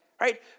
right